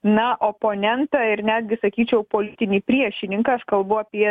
na oponentą ir netgi sakyčiau politinį priešininką aš kalbu apie